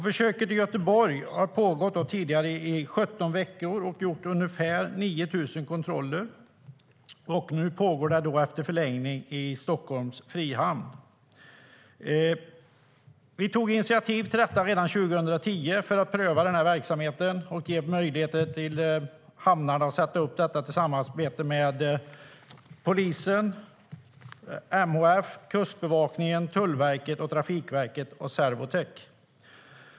Försöket i Göteborg pågick tidigare i 17 veckor, och det har gjorts ungefär 9 000 kontroller. Nu pågår det, efter förlängning, i Stockholms Frihamn. Vi tog initiativ till att pröva verksamheten redan 2010, för att ge hamnarna möjlighet att sätta upp detta tillsammans med polisen, MHF, Kustbevakningen, Tullverket, Trafikverket och Servotek.